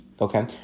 okay